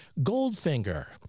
Goldfinger